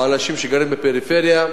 באנשים שגרים בפריפריה.